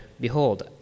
Behold